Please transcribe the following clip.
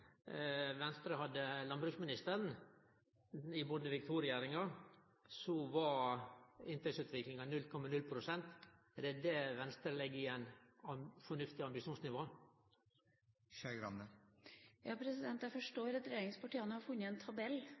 Venstre hadde landbruksministeren, i Bondevik II-regjeringa, var inntektsutviklinga 0,0 pst. Er det det Venstre reknar som eit fornuftig ambisjonsnivå? Jeg forstår at regjeringspartiene har funnet en tabell